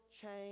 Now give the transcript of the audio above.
change